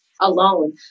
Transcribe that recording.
alone